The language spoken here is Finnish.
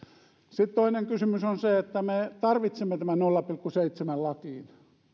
sitten toinen kysymys on se että me tarvitsemme tämän nolla pilkku seitsemän lakiin